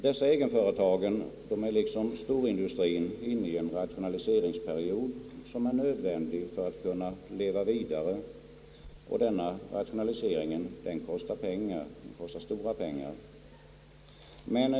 Dessa egenföretag är liksom storindustrien inne i en rationaliseringsperiod, som är nödvändig för att de skall kunna leva vidare. Denna rationalisering kostar pengar, stora pengar.